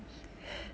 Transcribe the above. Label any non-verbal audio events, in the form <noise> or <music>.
<breath>